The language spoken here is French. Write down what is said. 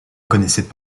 connaissaient